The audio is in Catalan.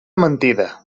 mentida